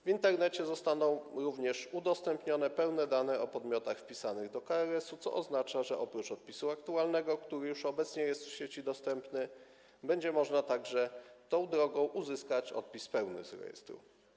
W Internecie zostaną również udostępnione pełne dane o podmiotach wpisanych do KRS, co oznacza, że oprócz odpisu aktualnego, który już obecnie jest w sieci dostępny, będzie można także tą drogą uzyskać odpis pełny z rejestru.